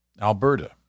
Alberta